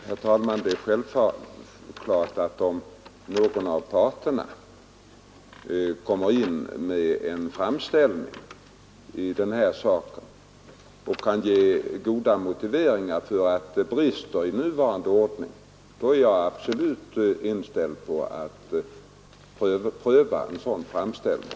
Herr talman! Det är självklart att jag, om någon av parterna gör en framställning i en sådan sak och kan ge goda motiveringar för att det brister i nuvarande ordning, absolut är inställd på att pröva en dylik framställning.